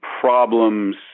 problems